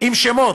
עם שמות.